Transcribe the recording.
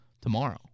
tomorrow